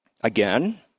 Again